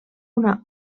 una